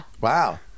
Wow